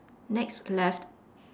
next left